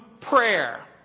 prayer